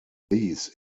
these